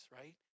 right